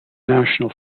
national